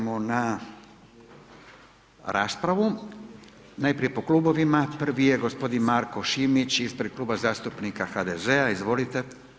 Prelazimo na raspravu, najprije po klubovima, prvi je gospodin Marko Šimić ispred Kluba zastupnika HDZ-a, izvolite.